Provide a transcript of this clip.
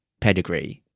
pedigree